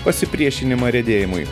pasipriešinimą riedėjimui